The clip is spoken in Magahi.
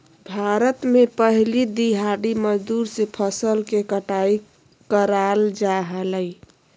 भारत में पहले दिहाड़ी मजदूर से फसल के कटाई कराल जा हलय